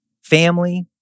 family